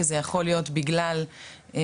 וזה יכול להיות בגלל גיל,